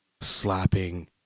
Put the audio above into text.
slapping